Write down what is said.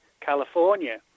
California